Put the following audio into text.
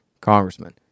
congressman